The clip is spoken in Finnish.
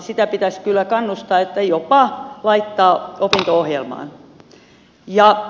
siihen pitäisi kyllä kannustaa jopa laittaa se opinto ohjelmaan